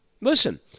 Listen